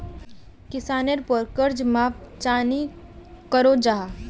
किसानेर पोर कर्ज माप चाँ नी करो जाहा?